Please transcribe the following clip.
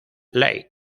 lake